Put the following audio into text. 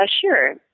sure